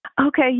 Okay